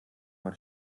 man